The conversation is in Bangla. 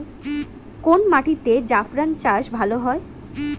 কোন মাটিতে জাফরান চাষ ভালো হয়?